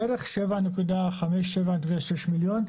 בערך 7.57 עד 6 מיליון.